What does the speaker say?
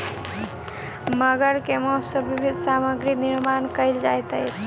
मगर के मौस सॅ विभिन्न सामग्री निर्माण कयल जाइत अछि